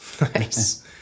Nice